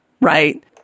right